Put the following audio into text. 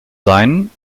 sein